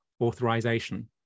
authorization